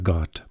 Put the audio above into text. God